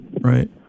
right